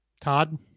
Todd